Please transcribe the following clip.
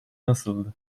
nasıldı